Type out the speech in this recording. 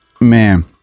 Man